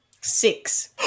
Six